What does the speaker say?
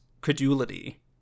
credulity